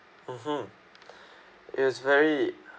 mmhmm it was very